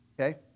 okay